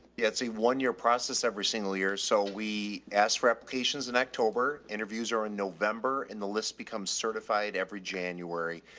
yeah that's a one year process. every single year or so we asked for applications in october interviews or in november and the list becomes certified every january.